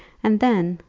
and then,